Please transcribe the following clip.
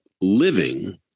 living